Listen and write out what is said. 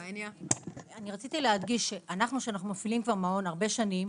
אנחנו מפעילים מעון כבר הרבה שנים,